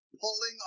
pulling